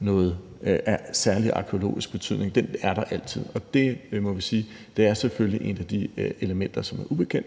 noget af særlig arkæologisk betydning, altid til stede. Det må vi sige selvfølgelig er et af de elementer, som er ubekendt,